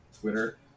Twitter